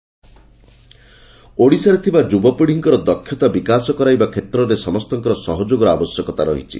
ମମେନ୍ଦ ପ୍ରଧାନ ଓଡ଼ିଶାରେ ଥିବା ଯୁବପୀଡ଼ିଙ୍କର ଦକ୍ଷତା ବିକାଶ କରାଇବା ଷେତ୍ରରେ ସମ୍ତଙ୍କର ସହଯୋଗର ଆବଶ୍ୟକତା ରହିଛି